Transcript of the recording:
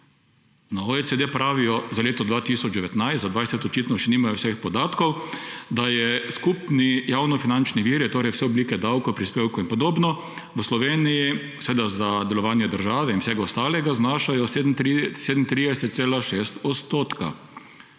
Na OECD pravijo za leto 2019, za 2020 očitno še nimajo vseh podatkov, da je skupni javnofinančnih viri, torej vse oblike davkov, prispevkov in podobno, v Sloveniji, seveda za delovanje države in vsega ostalega, znaša 37,6 odstotka.